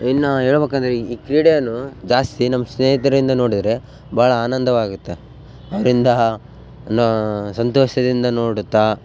ಇನ್ನು ಹೇಳ್ಬೇಕು ಅಂದರೆ ಈ ಕ್ರೀಡೆಯನ್ನು ಜಾಸ್ತಿ ನಮ್ಮ ಸ್ನೇಹಿತರಿಂದ ನೋಡಿದರೆ ಭಾಳ ಆನಂದವಾಗುತ್ತೆ ಅವ್ರಿಂದ ಇನ್ನೂ ಸಂತೋಷದಿಂದ ನೋಡುತ್ತ